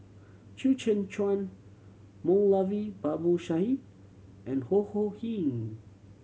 Chew Kheng Chuan Moulavi Babu Sahib and Ho Ho Ying